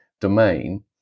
domain